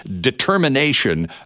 determination